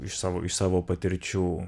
iš savo iš savo patirčių